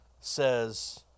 says